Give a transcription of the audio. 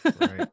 Right